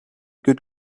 good